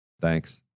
Thanks